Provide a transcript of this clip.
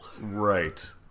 Right